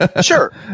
Sure